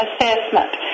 assessment